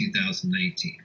2019